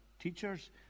teachers